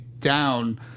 down